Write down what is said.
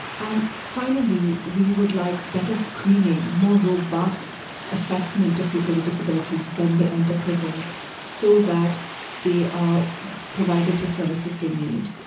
and finally we would like better screening, more robust assessment of people with disabilities when they enter prison so that they are provided the services they need.